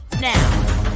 now